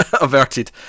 averted